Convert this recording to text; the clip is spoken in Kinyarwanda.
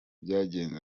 byagenze